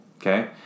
Okay